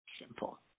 simple